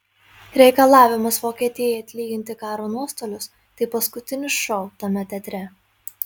reikalavimas vokietijai atlyginti karo nuostolius tai paskutinis šou tame teatre